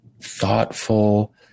thoughtful